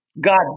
God